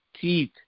teeth